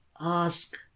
ask